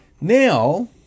Now